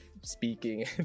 speaking